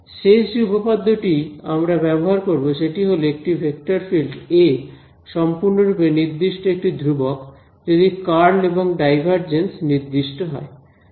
শেষ যে উপপাদ্যটি আমরা ব্যবহার করব সেটা হল একটি ভেক্টর ফিল্ড A→ সম্পূর্ণরূপে নির্দিষ্ট একটি ধ্রুবক যদি কার্ল এবং ডাইভারজেন্স নির্দিষ্ট হয়